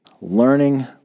Learning